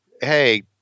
hey